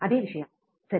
ಅದೇ ವಿಷಯ ಸರಿ